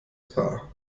paar